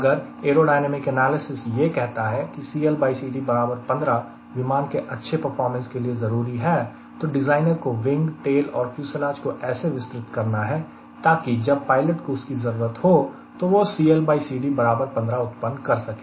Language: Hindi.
अगर एरोडायनेमिक एनालिसिस यह कहता है कि CLCD 15 विमान के अच्छे परफॉर्मेंस के लिए जरूरी है तो डिज़ाइनर को विंग टेल और फ्यूसलाज को ऐसे विस्तृत करना है ताकि जब पायलट को उसकी जरूरत हो तो वो CLCD 15 उत्पन्न कर सके